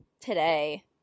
today